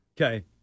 Okay